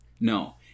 No